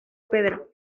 pedro